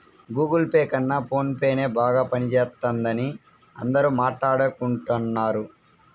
Google pay కన్నా phone పేనే బాగా పనిజేత్తందని అందరూ మాట్టాడుకుంటన్నారు